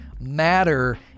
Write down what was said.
Matter